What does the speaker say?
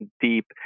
deep